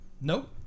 Nope